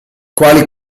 quali